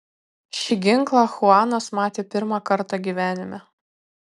šį ginklą chuanas matė pirmą kartą gyvenime